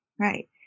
Right